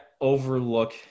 overlook